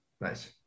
Nice